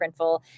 Printful